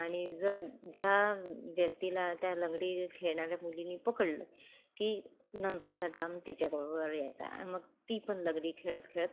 आणि जर ज्या व्यक्तीला त्या लंगडी खेळणाऱ्या मुलीने पकडलं की नंतरचा डाव तिच्या बरोबर यायचा आणि मग ती पण लंगडी खेळत खेळत